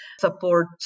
support